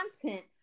content